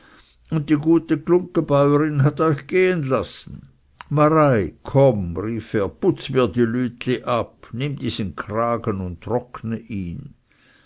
und die gute glunggebäurin hat euch gehen lassen marei komm rief er putz mir die lütli ab nimm diesen kragen und trockne ihn